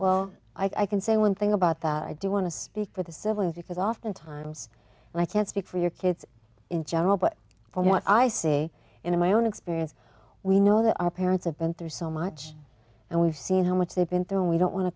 well i can say one thing about that i do want to speak for the civil because oftentimes and i can't speak for your kids in general but from what i see in my own experience we know that our parents have been through so much and we've seen how much they've been through and we don't want to